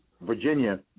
Virginia